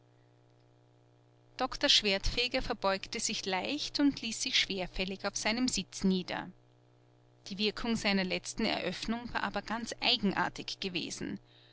doktor schwertfeger verbeugte sich leicht und ließ sich schwerfällig auf seinem sitz nieder die wirkung seiner letzten eröffnung war aber ganz eigenartig gewesen